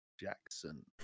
Jackson